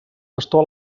pastor